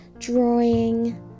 Drawing